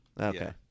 Okay